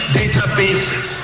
databases